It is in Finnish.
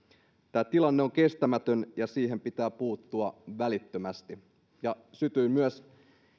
tämä tilanne on kestämätön ja siihen pitää puuttua välittömästi sytyin myös tästä